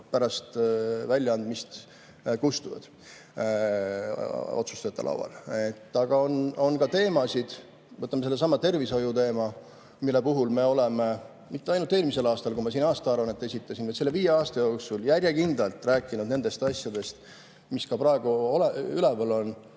pärast väljaandmist kustuvad otsustajate laual. Aga on ka teemasid, võtame sellesama tervishoiuteema, mille puhul me oleme mitte ainult eelmisel aastal, kui ma siin aastaaruannet esitasin, vaid selle viie aasta jooksul järjekindlalt rääkinud nendest asjadest, mis ka praegu üleval on.